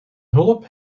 hulp